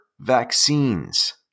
vaccines